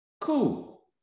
Cool